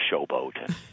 Showboat